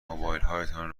موبایلهایتان